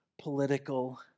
political